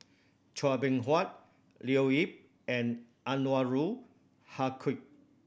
Chua Beng Huat Leo Yip and Anwarul Haque